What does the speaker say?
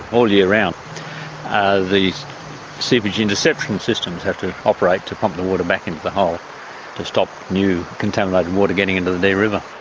all year round. these seepage interception systems have to operate to pump the water back into the hole to stop new contaminated water getting into the dee river.